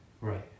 Right